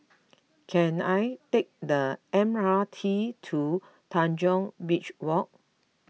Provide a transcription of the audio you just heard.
can I take the M R T to Tanjong Beach Walk